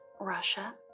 Russia